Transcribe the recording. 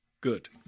Good